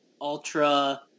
ultra